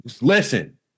Listen